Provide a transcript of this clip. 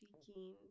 speaking